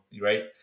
right